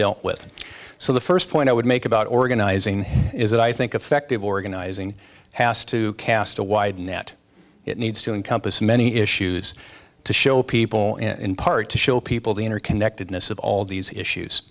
dealt with so the first point i would make about organizing is that i think affective organizing has to cast a wide net it needs to encompass many issues to show people in part to show people the interconnectedness of all these issues